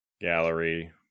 gallery